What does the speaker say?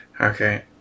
Okay